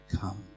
come